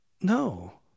no